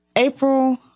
April